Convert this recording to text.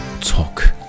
talk